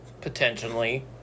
potentially